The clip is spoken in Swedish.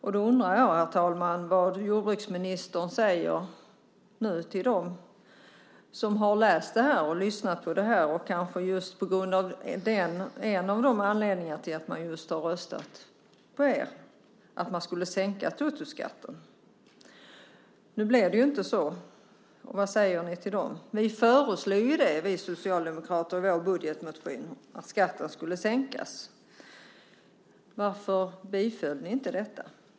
Jag undrar, herr talman, vad jordbruksministern nu säger till dem som läst och hört detta och kanske haft just det som en av anledningarna till att man röstat på Centerpartiet - att ni skulle sänka totoskatten. Nu blev det inte så. Vad säger ni till dem? Vi socialdemokrater föreslog i vår budgetmotion att skatten skulle sänkas. Varför biföll ni inte detta?